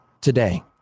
today